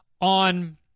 on